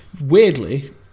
weirdly